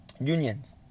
Unions